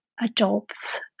adults